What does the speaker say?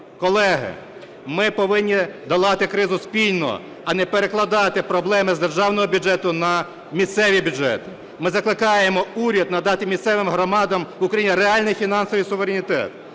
Колеги, ми повинні долати кризу спільно, а не перекладати проблеми з державного бюджету на місцеві бюджети. Ми закликаємо уряд надати місцевим громадам в Україні реальний фінансовий суверенітет.